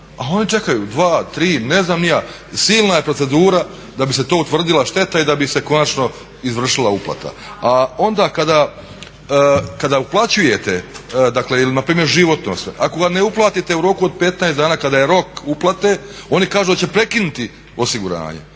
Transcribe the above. A oni čekaju, 2, 3, ne znam ni ja, silna je procedura da bi se to utvrdila šteta i da bi se konačno izvršila uplata. A onda kada uplaćujete, dakle ili na primjer životno, ako ga ne uplatite u roku od 15 dana kada je rok uplate oni kažu da će prekinuti osiguranje.